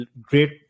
great